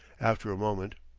after a moment,